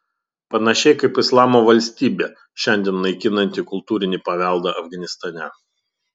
panašiai kaip islamo valstybė šiandien naikinanti kultūrinį paveldą afganistane